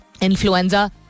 influenza